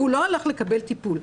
והוא לא הלך לקבל טיפול.